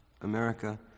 America